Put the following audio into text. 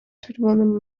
czerwonym